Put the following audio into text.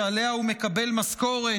שעליה הוא מקבל משכורת,